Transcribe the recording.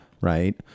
right